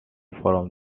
from